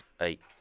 eight